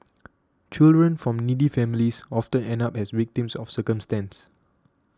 children from needy families often end up as victims of circumstance